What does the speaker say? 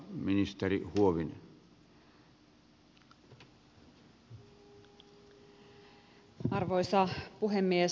arvoisa puhemies